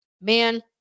Man